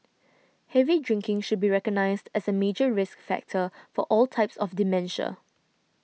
heavy drinking should be recognised as a major risk factor for all types of dementia